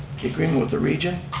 the agreement with the region.